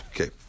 Okay